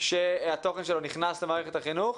שהתוכן שלו נכנס למערכת החינוך?